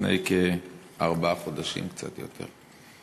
לפני כארבעה חודשים, קצת יותר.